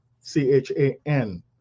C-H-A-N